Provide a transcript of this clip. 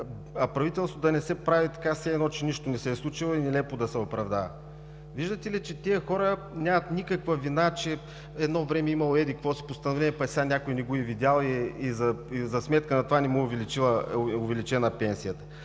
А правителството да не се прави все едно, че нищо не се е случило и нелепо да се оправдава. Виждате ли, че тези хора нямат никаква вина, че едно време е имало еди-какво си постановление, пък сега някой не го е видял и за сметка на това не им е увеличена пенсията.